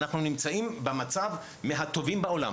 אנחנו נמצאים במצב מהטובים בעולם,